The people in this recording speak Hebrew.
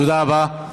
תודה רבה.